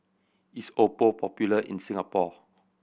is Oppo popular in Singapore